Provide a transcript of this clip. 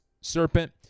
serpent